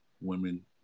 women